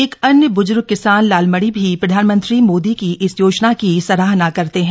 एक अन्य ब्ज्र्ग किसान लालमणि भी प्रधानमंत्री मोदी की इस योजना की सराहना करते हैं